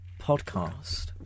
podcast